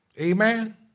amen